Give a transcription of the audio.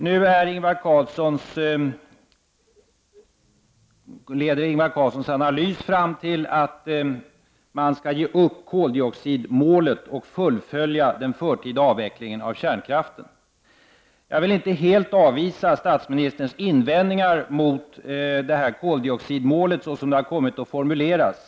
Nu leder Ingvar Carlssons analys fram till att man skall ge upp koldioxidmålet och fullfölja den förtida avvecklingen av kärnkraften. Jag vill inte helt avvisa statsministerns invändningar mot koldioxidmålet som det har kommit att formuleras.